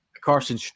Carson